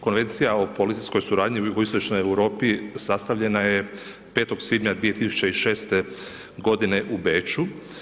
Konvencija o policijskoj suradnji u jugoistočnoj Europi sastavljena je 5. svibnja 2006. g. u Beču.